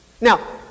Now